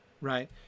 right